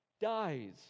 dies